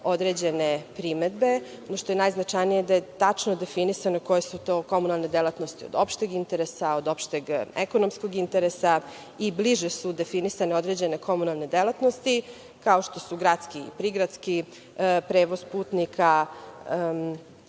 određene primedbe. Ono što je najznačajnije da je tačno definisano koje su to komunalne delatnosti od opšteg interesa, od opšteg ekonomskog interesa i bliže su definisane određene komunalne delatnosti, kao što su gradski i prigradski prevoz putnika.